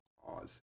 cause